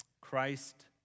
christ